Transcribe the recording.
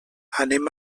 anem